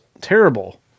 terrible